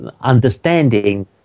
understanding